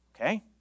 Okay